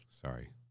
sorry